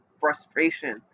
frustration